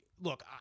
Look